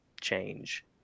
change